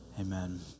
amen